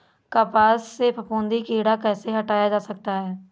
कपास से फफूंदी कीड़ा कैसे हटाया जा सकता है?